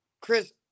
Chris